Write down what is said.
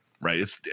right